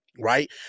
Right